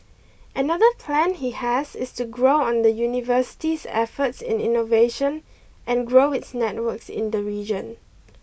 another plan he has is to grow on the university's efforts in innovation and grow its networks in the region